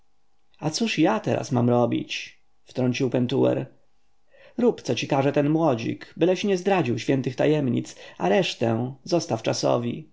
a cóż ja teraz mam robić wtrącił pentuer rób co ci każe ten młodzik byleś nie zdradził świętych tajemnic a resztę zostaw czasowi szczerze